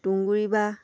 টুহগুৰি বা